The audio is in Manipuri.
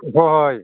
ꯍꯣꯏ ꯍꯣꯏ